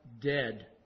dead